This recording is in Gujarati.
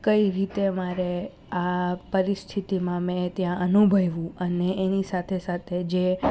કઈ રીતે મારે આ પરિસ્થિતિમાં મેં ત્યાં અનુભવ્યું અને એની સાથે સાથે જે